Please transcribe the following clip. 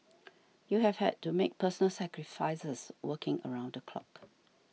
you have had to make personal sacrifices working around the clock